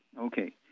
Okay